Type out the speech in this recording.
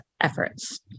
efforts